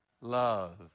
love